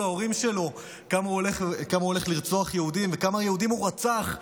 ההורים שלו כמה יהודים הוא הולך לרצוח וכמה יהודים הוא רצח,